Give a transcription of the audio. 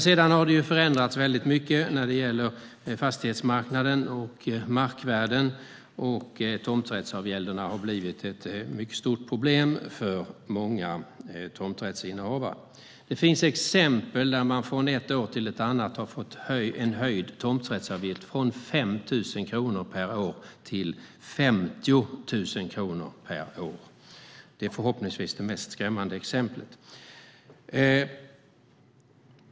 Sedan dess har fastighetsförvaltningen och markvärdena förändrats mycket. Tomträttsavgälderna har blivit ett mycket stort problem för många tomträttsinnehavare. Det finns exempel där man från ett år till ett annat har fått en höjd tomträttsavgäld från 5 000 kronor per år till 50 000 kronor per år. Det är förhoppningsvis det mest skrämmande exemplet.